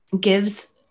gives